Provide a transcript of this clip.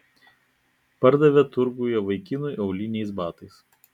pardavė turguje vaikinui auliniais batais